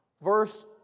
Verse